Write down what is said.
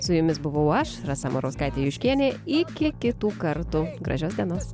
su jumis buvau aš rasa murauskaitė juškienė iki kitų kartų gražios dienos